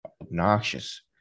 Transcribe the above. obnoxious